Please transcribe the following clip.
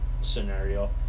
scenario